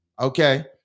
okay